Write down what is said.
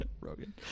Rogan